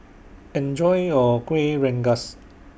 Enjoy your Kueh Rengas